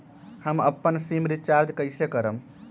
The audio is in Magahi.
हम अपन सिम रिचार्ज कइसे करम?